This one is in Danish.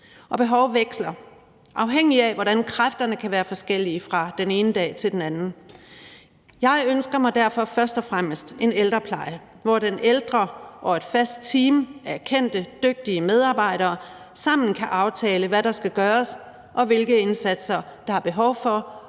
behov veksler afhængigt af kræfterne, der kan være forskellige fra den ene dag til den anden. Jeg ønsker mig derfor først og fremmest en ældrepleje, hvor den ældre og et fast team af kendte, dygtige medarbejdere sammen kan aftale, hvad der skal gøres, og hvilke indsatser der er behov for,